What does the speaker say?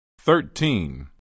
Thirteen